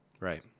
Right